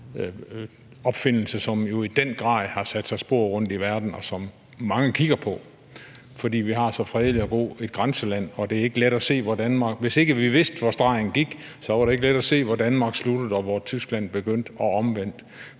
opfindelse, som jo i den grad har sat sig spor rundtom i verden, og som mange kigger på. Vi har så fredeligt og godt et grænseland, og hvis ikke vi vidste, hvor stregen gik, var det ikke let at se, hvor Danmark sluttede, og hvor Tyskland begyndte, og omvendt,